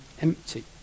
empty